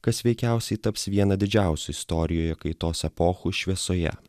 kas veikiausiai taps viena didžiausių istorijoje kaitos epochų šviesoje